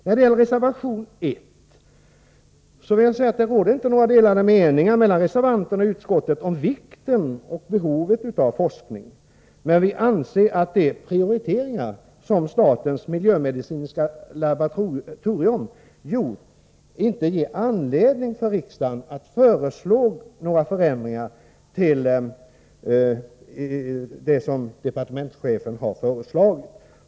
När det gäller reservation 1 råder det inga delade meningar. Utskottet och reservanterna är överens om behovet av forskning och om den betydelse denna har. Vi anser emellertid att de prioriteringar som statens miljömedicinska laboratorium har gjort inte föranleder några ändringar från riksdagens sida beträffande departementschefens förslag.